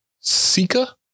Sika